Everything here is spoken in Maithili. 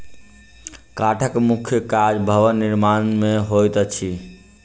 काठक मुख्य काज भवन निर्माण मे होइत अछि